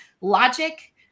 logic